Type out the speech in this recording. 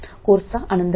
कोर्सचा आनंद घ्या